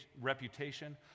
reputation